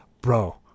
bro